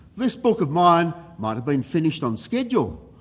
this book of mine might have been finished on schedule,